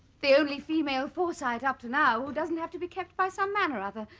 the only female forsyte up to now who doesn't have to be kept by some man or other.